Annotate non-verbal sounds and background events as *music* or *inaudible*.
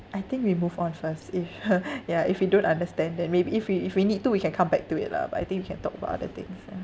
I think we move on first if *laughs* ya if you don't understand then maybe if we if we need to we can come back to it lah but I think we can talk about other things yeah